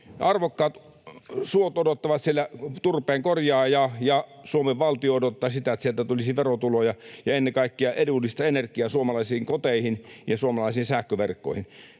Arvokkaat suot odottavat siellä turpeen korjaajaa, ja Suomen valtio odottaa sitä, että sieltä tulisi verotuloja ja ennen kaikkea edullista energiaa suomalaisiin koteihin ja suomalaisiin sähköverkkoihin.